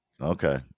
Okay